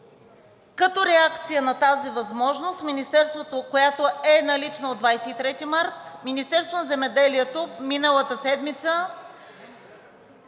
Като реакция на тази възможност, която е налична от 23 март, Министерството на земеделието миналата седмица